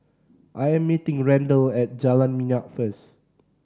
I'm meeting Randel at Jalan Minyak first